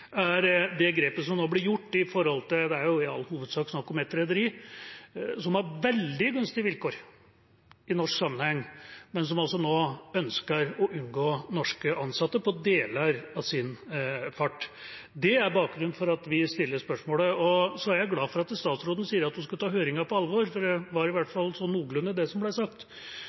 er det grepet som nå blir gjort med hensyn til et rederi – det er i all hovedsak snakk om ett rederi – som har veldig gunstige vilkår i norsk sammenheng, men som altså nå ønsker å unngå norske ansatte på deler av sin fart. Det er bakgrunnen for at vi stiller spørsmålet. Så er jeg glad for at statsråden sier at hun skal ta høringen på alvor, for det var i hvert fall sånn noenlunde det som ble sagt.